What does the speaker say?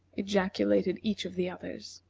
ejaculated each of the others.